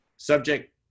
Subject